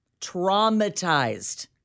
Traumatized